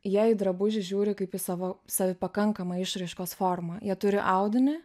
jei į drabužį žiūri kaip į savo savi pakankamą išraiškos formą jie turi audinį